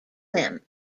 them